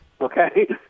okay